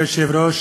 אדוני היושב-ראש,